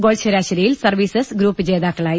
goal ശരാശരിയിൽ services group ജേതാ ക്കളായി